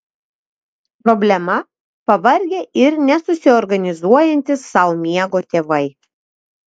problema pavargę ir nesusiorganizuojantys sau miego tėvai